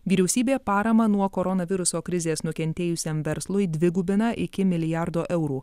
vyriausybė paramą nuo koronaviruso krizės nukentėjusiam verslui dvigubina iki milijardo eurų